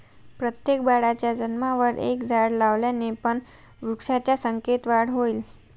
प्रत्येक बाळाच्या जन्मावर एक झाड लावल्याने पण वृक्षांच्या संख्येत वाढ होईल